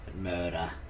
murder